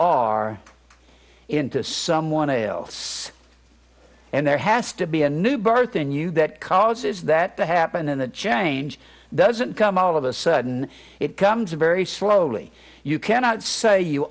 are into someone else and there has to be a new birth in you that causes that to happen and the change doesn't come all of a sudden it comes very slowly you cannot say you